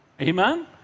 Amen